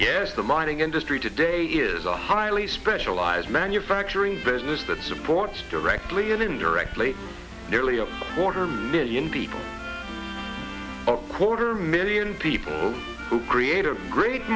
mining industry today is a highly specialized manufacturing business that supports directly and indirectly nearly a quarter million people a quarter million people who create a great